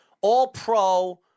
all-pro